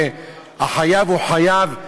והחייב הוא חייב,